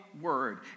word